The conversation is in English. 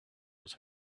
was